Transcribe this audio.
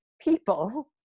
people